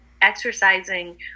exercising